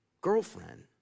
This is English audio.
girlfriend